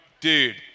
dude